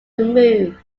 removed